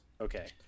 Okay